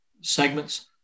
segments